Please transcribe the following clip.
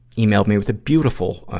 emailed me with a beautiful, ah,